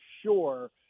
sure